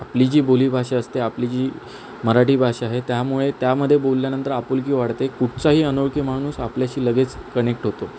आपली जी बोलीभाषा असते आपली जी मराठी भाषा आहे त्यामुळे त्यामध्ये बोलल्यानंतर आपुलकी वाढते कुठचाही अनोळखी माणूस आपल्याशी लगेच कनेक्ट होतो